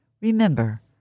Remember